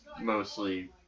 mostly